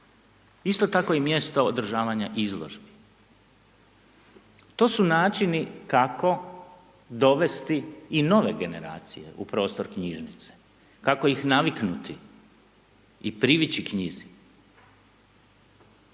Isto tako i mjesto održavanja izložbe, to su načini kako dovesti i nove generacije u prostor knjižnica, kako ih naviknuti i privići knjizi.